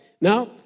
Now